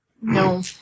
No